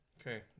Okay